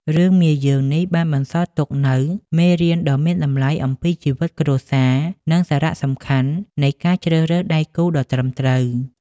រឿង មាយើង នេះបានបន្សល់ទុកនូវមេរៀនដ៏មានតម្លៃអំពីជីវិតគ្រួសារ និងសារៈសំខាន់នៃការជ្រើសរើសដៃគូដ៏ត្រឹមត្រូវ។